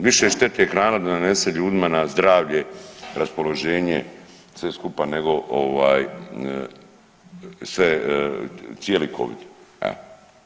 Više štete hrana nanese ljudima na zdravlje, raspoloženje, sve skupa nego ovaj sve, cijeli Covid.